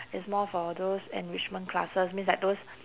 it's more for those enrichment classes means like those